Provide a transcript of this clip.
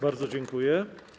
Bardzo dziękuję.